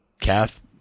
Kath